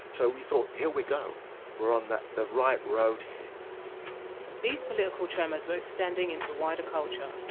so we thought here we go we're on the the right road here these political tremors were extending into wider culture.